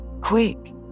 Quick